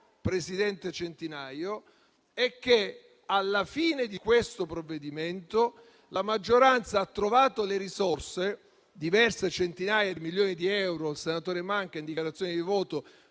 presidente Centinaio, è che alla fine di questo provvedimento la maggioranza ha trovato le risorse (diverse centinaia di milioni di euro e il senatore Manca in dichiarazioni di voto